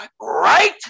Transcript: right